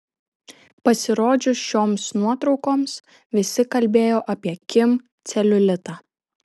pasirodžius šioms nuotraukoms visi kalbėjo apie kim celiulitą